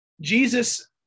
Jesus